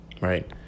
right